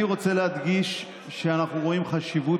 אני רוצה להדגיש שאנחנו רואים חשיבות